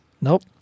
Nope